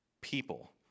people